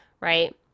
Right